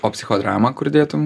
o psichodramą kur dėtum